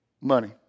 money